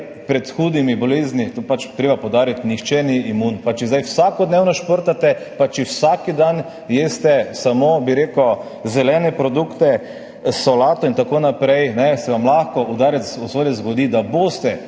pred hudimi boleznimi, to je pač treba poudariti, nihče ni imun. Pa če zdaj vsakodnevno športate pa če vsak dan jeste samo, bi rekel, zelene produkte, solato in tako naprej, se vam lahko zgodi udarec usode, da boste